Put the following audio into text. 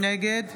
נגד